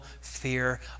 fear